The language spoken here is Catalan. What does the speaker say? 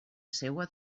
seua